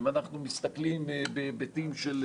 אם אנחנו מסתכלים בהיבטים של